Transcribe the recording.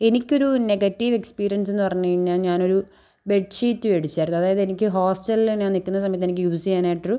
എനിക്കൊരു നെഗറ്റീവ് എക്സ്പീരിയൻസുന്ന് പറഞ്ഞ് കയിഞ്ഞാൽ ഞാനൊരു ബെഡ്ഷീറ്റ് മേടിച്ചായിരുന്നു അതായത് എനിക്ക് ഹോസ്റ്റലിൽ ഞാൻ നിൽക്കുന്ന സമയത്തെനിക്ക് യൂസ് ചെയ്യാനായിട്ടൊരു